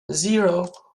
zero